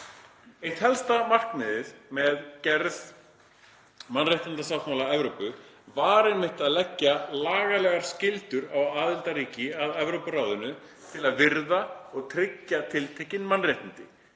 Eitt helsta markmiðið með gerð mannréttindasáttmála Evrópu var einmitt að leggja lagalegar skyldur á aðildarríki að Evrópuráðinu til að virða og tryggja tiltekin mannréttindi,